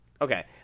okay